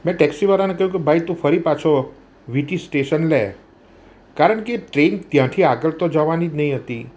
મેં ટેક્સીવાળાને કહ્યું કે ભાઈ તું ફરી પાછો વિટી સ્ટેશન લે કારણ કે ટ્રેન ત્યાંથી આગળ તો જવાની જ નહીં હતી